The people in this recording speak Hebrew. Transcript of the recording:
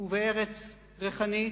ובארץ ריחנית.